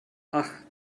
ach